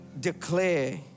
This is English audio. declare